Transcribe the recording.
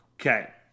Okay